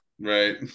Right